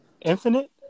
infinite